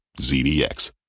ZDX